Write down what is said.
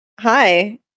Hi